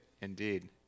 indeed